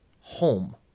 home